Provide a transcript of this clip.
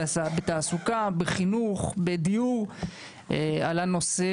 בתעסוקה, בחינוך ובדיור לקליטת עולים בישראל.